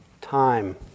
Time